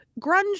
grunge